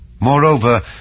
Moreover